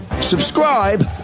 Subscribe